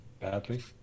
badly